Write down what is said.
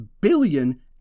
billion